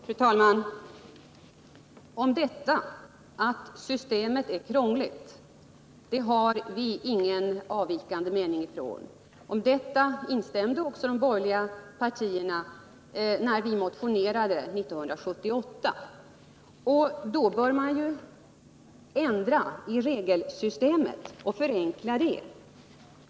Fru talman! Om detta — att systemet är krångligt — har vi ingen avvikande mening. I den uppfattningen instämde också de borgerliga partierna när vi motionerade 1978. Därför bör man ändra i och förenkla regelsystemet.